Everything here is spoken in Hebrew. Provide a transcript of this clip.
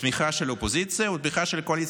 בתמיכה של האופוזיציה ובתמיכה של הקואליציה.